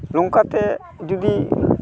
ᱱᱚᱝᱠᱟ ᱛᱮ ᱡᱩᱫᱤ